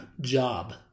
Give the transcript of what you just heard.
job